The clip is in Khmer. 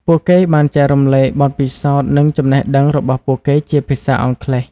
ពួកគេបានចែករំលែកបទពិសោធន៍និងចំណេះដឹងរបស់ពួកគេជាភាសាអង់គ្លេស។